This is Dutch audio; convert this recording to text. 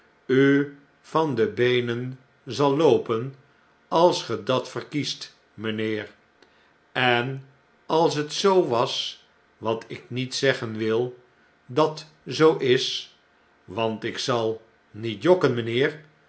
u van de beenen zal loopen als ge dat verkiest mjjnheer en als het zoo was wat ik niet zeggen wil dat zoo is want ik zal niet jokken